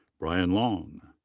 brian long.